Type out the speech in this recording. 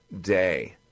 day